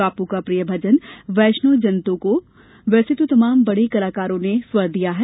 बापू का प्रिय भजन वैष्णव जन तो को वैसे तो तमाम बड़े कलाकारों ने स्वर दिया है